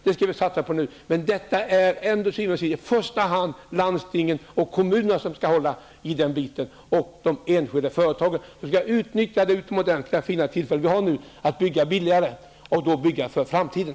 Men till syvende och sist är det i första hand landstingen, kommunerna och de enskilda företagen som skall hålla i detta. Det utomordentligt fina tillfälle som nu finns måste tas till vara för att bygga billigare, och för framtiden.